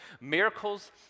Miracles